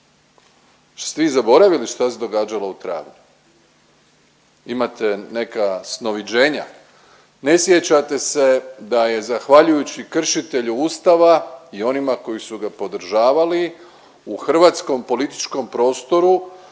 Što ste vi zaboravili što se događalo u travnju? Imate neka snoviđenja? Ne sjećate se da je zahvaljujući kršitelju Ustava i onima koji su ga podržavali u hrvatskom političkom prostoru